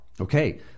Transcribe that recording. Okay